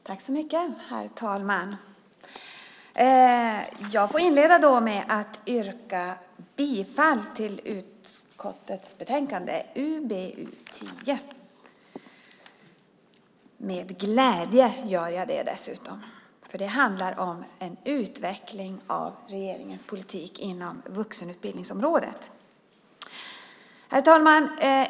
Herr talman! Jag vill inleda med att yrka bifall till förslaget i utskottets betänkande UbU10, vilket jag gör med glädje. Det handlar nämligen om en utveckling av regeringens politik inom vuxenutbildningsområdet. Herr talman!